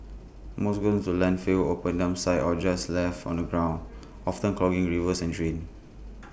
most goes into landfills open dump sites or just left on the ground often clogging rivers and drains